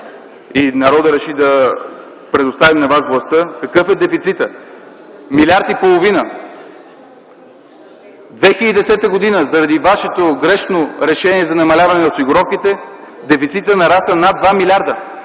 народът реши да предостави на вас властта. Какъв е дефицитът? Милиард и половина. През 2010 г. заради вашето грешно решение за намаляване на осигуровките дефицитът нарасна над 2 милиарда!